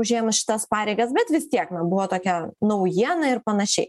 užėmus šitas pareigas bet vis tiek na buvo tokia naujiena ir panašiai